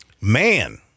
Man